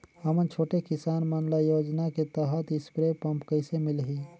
हमन छोटे किसान मन ल योजना के तहत स्प्रे पम्प कइसे मिलही?